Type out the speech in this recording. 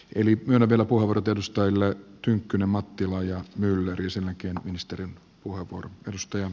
eli minä vielä puhuta torstaille tynkkynen mattila ja mylläriselläkin ministerin puheenvuoroa